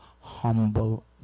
humble